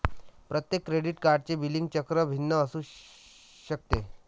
प्रत्येक क्रेडिट कार्डचे बिलिंग चक्र भिन्न असू शकते